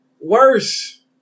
Worse